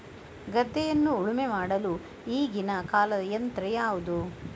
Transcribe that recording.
ಗದ್ದೆಯನ್ನು ಉಳುಮೆ ಮಾಡಲು ಈಗಿನ ಕಾಲದ ಯಂತ್ರ ಯಾವುದು?